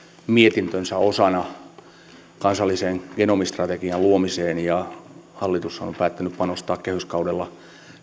mietintönsä osaltaan kansallisen genomistrategian luomiseen ja hallitushan on päättänyt panostaa kehyskaudella